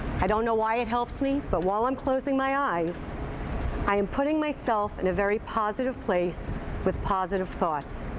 i don't know why it helps me, but while i'm closing my eyes i am putting myself in a very positive place with positive thoughts.